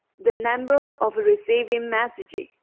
the number of receiving message,